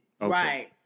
right